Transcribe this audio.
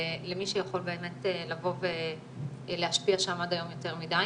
למי שיכול באמת לבוא ולהשפיע שם עד היום יותר מדי